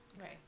right